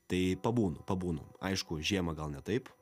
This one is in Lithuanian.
tai pabūnu pabūnu aišku žiemą gal ne taip